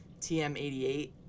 TM88